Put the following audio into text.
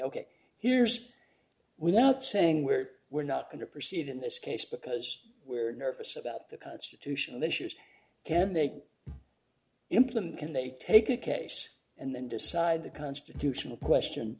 ok here's without saying we're we're not going to proceed in this case because we're nervous about the constitutional issues can they implement can they take a case and then decide the constitutional question